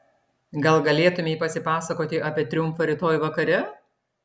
gal galėtumei pasipasakoti apie triumfą rytoj vakare